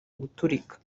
guturika